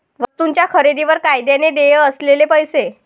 वस्तूंच्या खरेदीवर कायद्याने देय असलेले पैसे